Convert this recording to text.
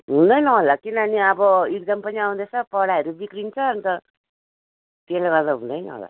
हुँदैन होला किनभने अब इक्जाम पनि आउँदैछ पढाइहरू बिग्रिन्छ अन्त त्यसले गर्दा हुँदैन होला